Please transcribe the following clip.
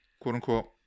quote-unquote